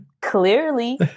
Clearly